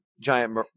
giant